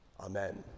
Amen